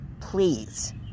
please